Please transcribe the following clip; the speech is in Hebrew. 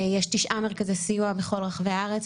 יש תשעה מרכזי סיוע בכל רחבי הארץ.